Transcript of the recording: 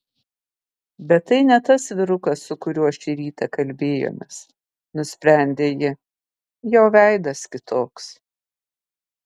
bet tai ne tas vyrukas su kuriuo šį rytą kalbėjomės nusprendė ji jo veidas kitoks